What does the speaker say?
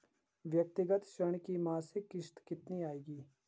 व्यक्तिगत ऋण की मासिक किश्त कितनी आएगी?